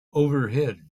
overhead